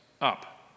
up